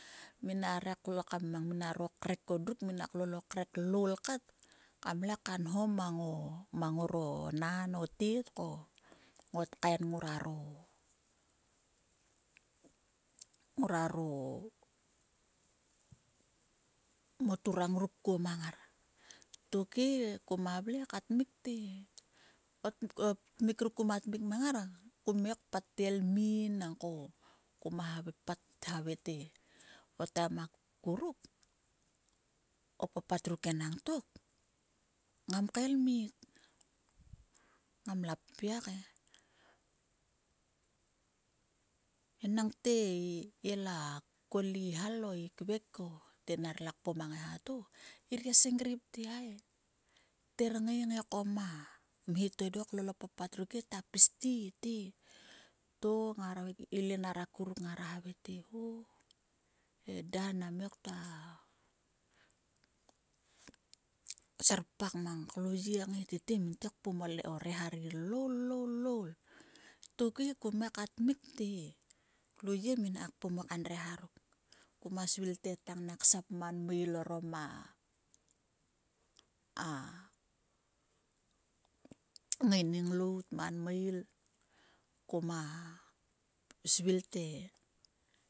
Minarak loul o krek minak loul o krek ruk loul kat kam le ka nho mang ngora o tet o naon ko ngot kaen nguoro nguaro moturang kuo mang ngar tokhe kuma vle ka tmik te o tmik ruk kueha mik mang ngar kum ngai kpate lmin ko kuma papat te o taim akuruk o papat ruk enangtok ngam kael mit ngam la ppiak e. Enangte ila kol. hal o kveko te ner la kol a ngaiha to ngir gia senkrip te hai. Ther ngai ko mo papat ruk he ta pis te. te. To ilenar aruruk ngara havai te eda nam ngai ktua serpak mang klo yie to tete ngin tngai kpom o reha ri loul loul! Tokhe kum ngai ka tmikte klo yie ngainak kpom o reha ruk tok. Kuma svill te tang nak sap man muil orom a a ngaining lout man muil. Koma svil te